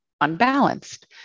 unbalanced